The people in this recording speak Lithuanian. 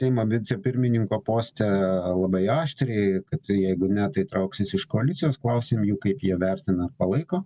seimo vicepirmininko poste labai aštriai kad jeigu ne tai trauksis iš koalicijos klausėm jų kaip jie vertina ar palaiko